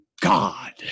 God